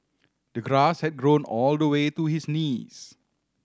the grass had grown all the way to his knees